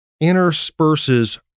intersperses